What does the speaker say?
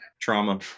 trauma